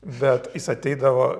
bet jis ateidavo